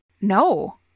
No